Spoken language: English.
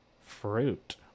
fruit